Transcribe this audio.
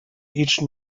each